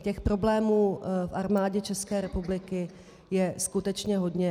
Těch problémů v Armádě České republiky je skutečně hodně.